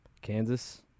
Kansas